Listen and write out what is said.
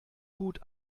gut